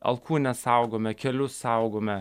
alkūnes saugome kelius saugome